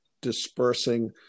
dispersing